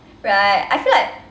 right I feel like